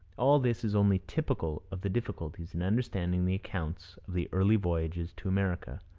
all this is only typical of the difficulties in understanding the accounts of the early voyages to america.